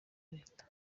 leta